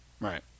Right